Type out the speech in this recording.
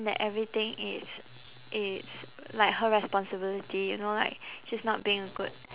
that everything is it's like her responsibility you know like she's not being a good